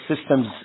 systems